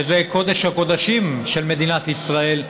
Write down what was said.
שזה קודש הקודשים של מדינת ישראל,